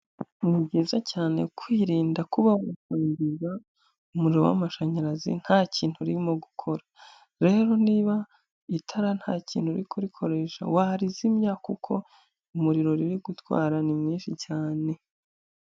Ni byiza cyane kwirinda kubaba wafungura umuriro w'amashanyarazi nta kintu urimo gukora. Rero niba, itara nta kintu uri kurikoresha warizimya kuko Umuriro riri gutwara ni mwinshi cyane.